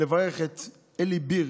לברך את אלי ביר.